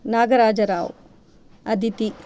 Nagarajrao Aditi